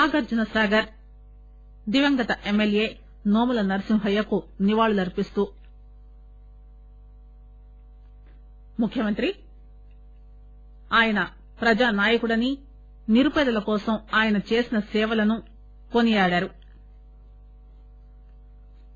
నాగార్జున సాగర్ దివంగత ఎమ్మెల్యే నోముల నర్పింహయ్యకు నివాళులు ఆర్పిస్తూ ఆయన ప్రజానాయకుడని నిరుపేదల కోసం ఆయన చేసిన సేవలను కొనియాడింది